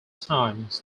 times